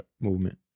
movement